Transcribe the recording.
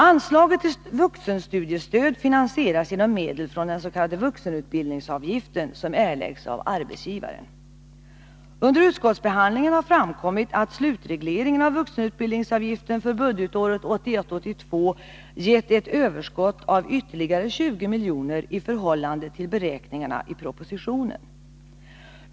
Anslaget till vuxenstudiestöd finansieras genom medel från den s.k. vuxenutbildningsavgiften, som erläggs av arbetsgivaren. Under utskottsbehandlingen har framkommit att slutregleringen av vuxenutbildningsavgiften för budgetåret 1981/82 gett ett överskott på ytterligare 20 milj.kr. i förhållande till beräkningarna i propositionen.